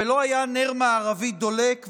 ולא היה נר מערבי דולק,